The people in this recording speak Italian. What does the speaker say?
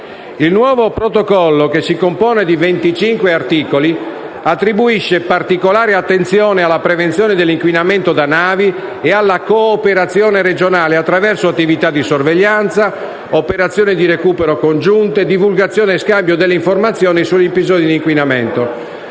Il nuovo Protocollo, che si compone di 25 articoli, attribuisce particolare attenzione alla prevenzione dell'inquinamento da navi e alla cooperazione regionale, attraverso attività di sorveglianza, operazioni di recupero congiunte, divulgazione e scambio delle informazioni sugli episodi di inquinamento.